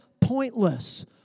pointless